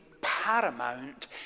paramount